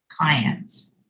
clients